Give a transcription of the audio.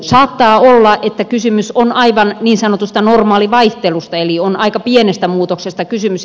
saattaa olla että kysymys on aivan niin sanotusta normaalivaihtelusta eli on aika pienestä muutoksesta kysymys